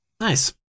Nice